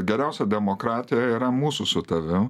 geriausia demokratija yra mūsų su tavim